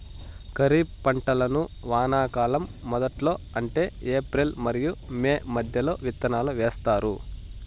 ఖరీఫ్ పంటలను వానాకాలం మొదట్లో అంటే ఏప్రిల్ మరియు మే మధ్యలో విత్తనాలు వేస్తారు